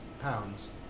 pounds